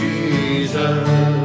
Jesus